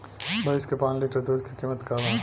भईस के पांच लीटर दुध के कीमत का बा?